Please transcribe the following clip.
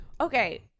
okay